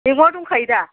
मैगंआ दंखायो दा